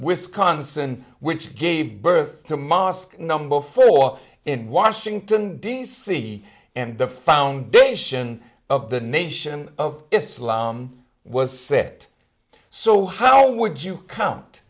wisconsin which gave birth to mosque number four in washington d c and the foundation of the nation of islam was sit so how would you count